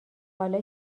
حالا